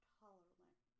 tolerant